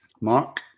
Mark